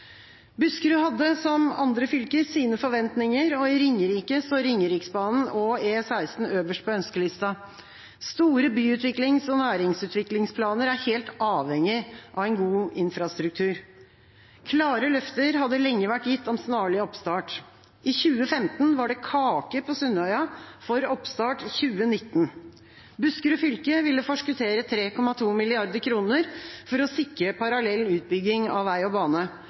Buskerud hadde, som andre fylker, sine forventninger. I Ringerike står Ringeriksbanen og E16 øverst på ønskelista. Store byutviklings- og næringsutviklingsplaner er helt avhengige av en god infrastruktur. Klare løfter hadde lenge vært gitt om snarlig oppstart. I 2015 var det kake på Sundøya for oppstart 2019. Buskerud fylke ville forskuttere 3,2 mrd. kr for å sikre parallell utbygging av vei og bane.